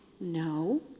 no